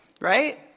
right